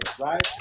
right